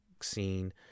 scene